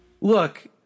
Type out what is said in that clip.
Look